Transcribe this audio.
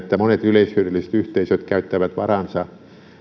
että monet yleishyödylliset yhteisöt käyttävät varansa